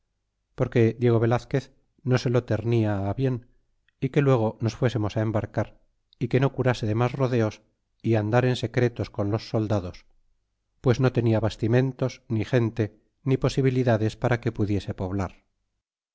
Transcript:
porque diego velazquez no se lo ternia bien y que luego nos fuésemos embarcar y que no curase de mas rodeos y andar en secretos con los soldados pues no tenia bastimentos ni gente ni posibilidad para que pudiese poblar